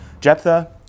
Jephthah